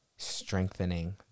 strengthening